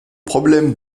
problème